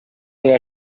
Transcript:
degli